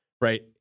right